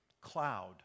cloud